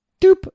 Doop